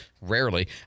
rarely